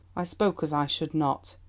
i spoke as i should not.